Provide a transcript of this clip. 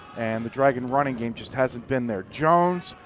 and the dragon running game just hasn't been there. jones,